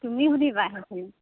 তুমি সুধিবা সেইখিনি